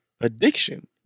addiction